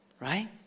right